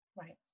Right